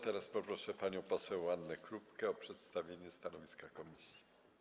Teraz poproszę panią poseł Annę Krupkę o przedstawienie stanowiska komisji.